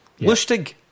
Lustig